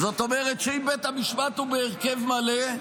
זאת אומרת שאם בית המשפט הוא בהרכב מלא,